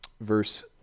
Verse